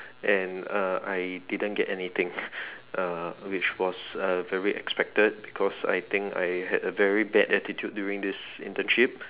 and uh I didn't get anything uh which was uh very expected because I had a very bad attitude during this internship